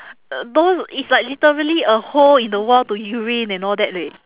uh those it's like literally a hole in the world to urine and all that leh